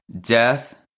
death